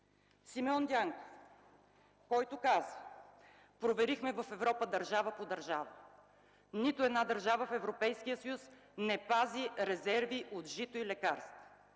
Симеон Дянков казва: „Проверихме в Европа държава по държава. Нито една държава в Европейския съюз не пази резерви от жито и лекарства”.